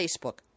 Facebook